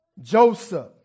Joseph